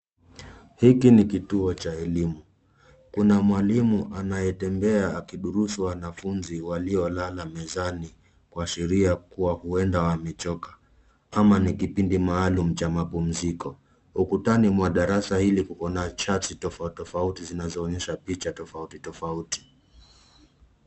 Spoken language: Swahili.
Hiki ni kituo cha elimu. Kuna mwalimu anayetembea akidurusu wanafunzi waliolala mezani, kuashiria kuwa huenda wamechoka, ama ni kipindi maalum cha mapumziko. Ukutani mwa darasa hili kuna chati tofauti tofauti zinazoonyesha picha tofauti tofauti.